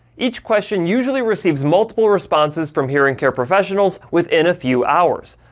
each question usually receives multiple responses from hearing care providers, within a few hours.